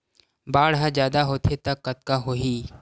बाढ़ ह जादा होथे त का होही?